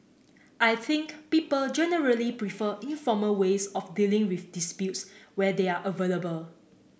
I think people generally prefer informal ways of dealing with disputes where they are available